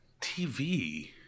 tv